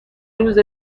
روز